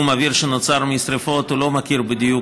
זיהום האוויר שנוצר משרפות לא מכיר בדיוק